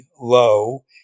low